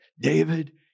David